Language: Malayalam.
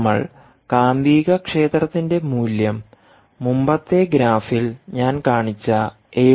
നമ്മൾ കാന്തികക്ഷേത്രത്തിന്റെ മൂല്യം മുമ്പത്തെ ഗ്രാഫിൽ ഞാൻ കാണിച്ച എ